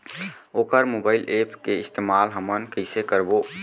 वोकर mobile app के इस्तेमाल हमन कइसे करबो?